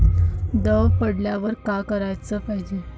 दव पडल्यावर का कराच पायजे?